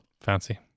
fancy